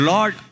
Lord